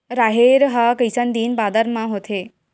राहेर ह कइसन दिन बादर म होथे?